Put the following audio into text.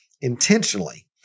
intentionally